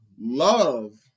love